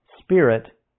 spirit